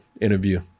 interview